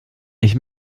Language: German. ich